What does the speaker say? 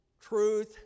truth